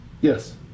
Yes